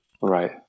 Right